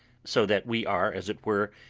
so that we are, as it were,